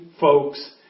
folks